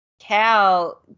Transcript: Cal